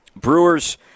Brewers